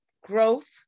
growth